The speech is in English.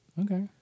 Okay